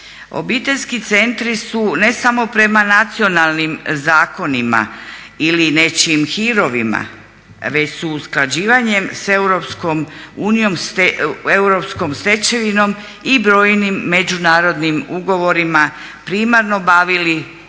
Obiteljski centri su ne samo prema nacionalnim zakonima ili nečijim hirovima već su usklađivanjem s EU, europskom stečevinom i brojnim međunarodnim ugovorima primarno bavili prije